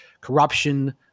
corruption